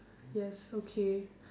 yes okay